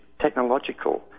technological